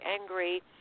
angry